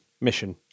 mission